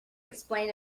explain